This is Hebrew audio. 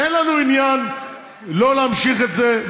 אין לנו עניין להמשיך את זה,